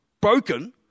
broken